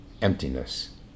emptiness